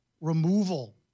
removal